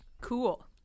cool